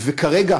וכרגע,